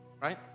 right